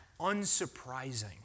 unsurprising